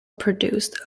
produced